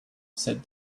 said